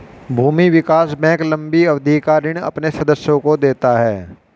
भूमि विकास बैंक लम्बी अवधि का ऋण अपने सदस्यों को देता है